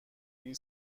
این